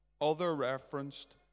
other-referenced